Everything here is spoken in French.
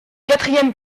quatrième